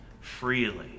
freely